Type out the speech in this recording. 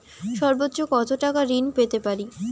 সর্বোচ্চ কত টাকা ঋণ পেতে পারি?